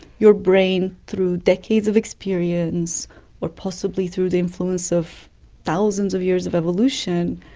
your brain, through decades of experience or possibly through the influence of thousands of years of evolution,